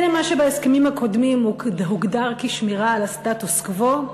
הנה מה שבהסכמים הקודמים הוגדר כשמירה על הסטטוס-קוו,